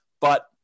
but-